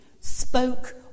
spoke